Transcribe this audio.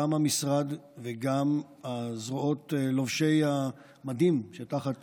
גם המשרד וגם זרועות לובשי המדים שתחת